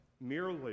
merely